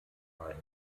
mai